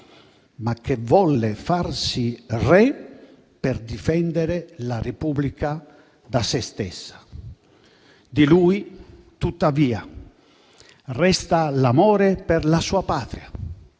ma che volle farsi re per difendere la Repubblica da se stessa. Di lui, tuttavia, resta l'amore per la sua Patria